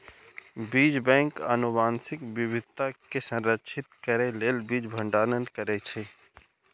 बीज बैंक आनुवंशिक विविधता कें संरक्षित करै लेल बीज भंडारण करै छै